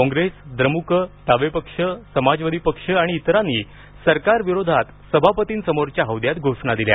कॉंग्रेस द्रमुक डावे पक्ष समाजवादी पक्ष आणि इतरांनी सरकारविरोधात सभापतींसमोरच्या हौद्यात घोषणा दिल्या